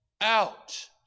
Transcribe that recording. out